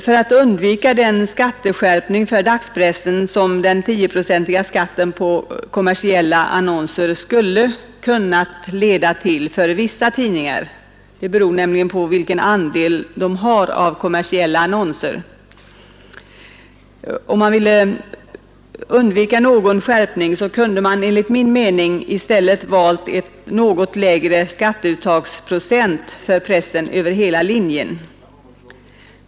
För att undvika den skatteskärpning för dagspressen som den 10-procentiga skatten på kommersiella annonser skulle kunna leda till för vissa tidningar, beroende på deras andel av icke kommersiella annonser, kunde man enligt min mening i stället ha valt en något lägre skatteuttagsprocent för pressen över hela linjen.